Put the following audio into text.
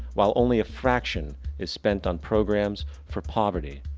while only a fraction is spend on programs for poverty,